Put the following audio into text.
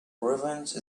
revenge